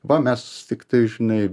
va mes tiktai žinai